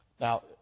Now